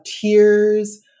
tears